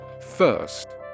first